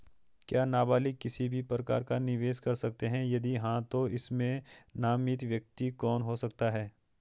क्या नबालिग किसी भी प्रकार का निवेश कर सकते हैं यदि हाँ तो इसमें नामित व्यक्ति कौन हो सकता हैं?